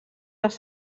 les